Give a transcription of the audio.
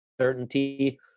certainty